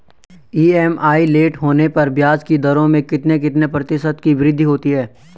EMI late होने पर ब्याज की दरों में कितने कितने प्रतिशत की वृद्धि होती है?